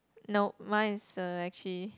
no mine is uh actually